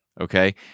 okay